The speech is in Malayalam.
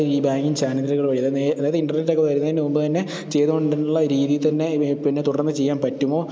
ഈ ബാങ്കിങ് ചാനലുകൾ വഴി അതായത് അതായത് ഇൻറ്റർനെറ്റൊക്കെ വരുന്നതിനു മുൻപു തന്നെ ചെയ്തു കൊണ്ടുള്ള രീതിയിൽ തന്നെ പിന്നെ തുടർന്നു ചെയ്യാൻ പറ്റുമോ